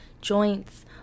joints